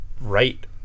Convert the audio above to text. right